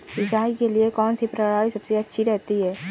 सिंचाई के लिए कौनसी प्रणाली सबसे अच्छी रहती है?